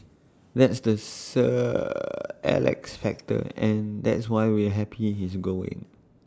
that's the sir Alex factor and that's why we're happy he's going